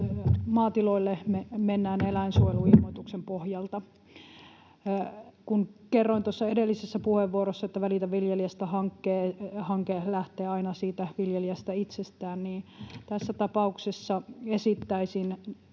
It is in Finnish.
maatiloille mennään eläinsuojeluilmoituksen pohjalta. Kun kerroin tuossa edellisessä puheenvuorossa, että Välitä viljelijästä ‑hanke lähtee aina siitä viljelijästä itsestään, niin tässä tapauksessa esittäisin